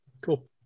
cool